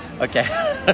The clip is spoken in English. Okay